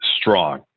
strong